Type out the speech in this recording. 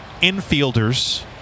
infielders